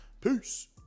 Peace